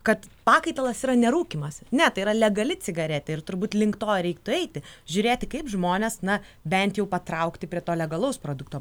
kad pakaitalas yra nerūkymas ne tai yra legali cigaretė ir turbūt link to reiktų eiti žiūrėti kaip žmonės na bent jau patraukti prie to legalaus produkto